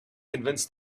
convince